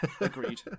agreed